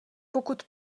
pokud